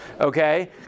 okay